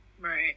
Right